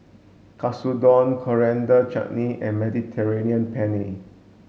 Katsudon Coriander Chutney and Mediterranean Penne